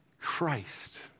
Christ